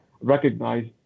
recognize